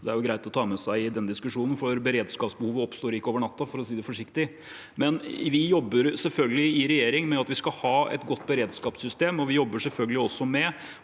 Det er greit å ta med seg i den diskusjonen, for beredskapsbehovet oppstår ikke over natten, for å si det forsiktig. Vi i regjeringen jobber selvfølgelig med at vi skal ha et godt beredskapssystem, og vi jobber selvfølgelig også med